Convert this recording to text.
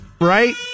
right